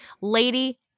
Lady